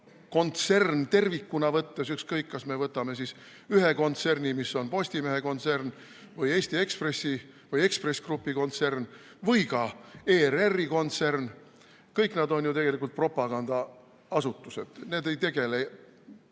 tervikuna võttes, ükskõik, kas me võtame siis ühe kontserni, mis on Postimehe kontsern või Eesti Ekspressi või Ekspress Grupi kontsern või ka ERR-i kontsern, kõik nad on ju tegelikult propagandaasutused. Need ei tegele